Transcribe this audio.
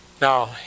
Now